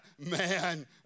man